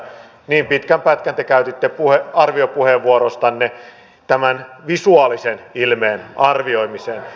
niin pitkän pätkän te käytitte arviopuheenvuorostanne tämän visuaalisen ilmeen arvioimiseen